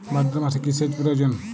ভাদ্রমাসে কি সেচ প্রয়োজন?